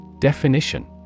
Definition